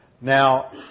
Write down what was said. Now